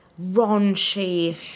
raunchy